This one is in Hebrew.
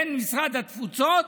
של משרד התפוצות